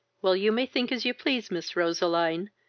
well, you may think as you please, miss roseline,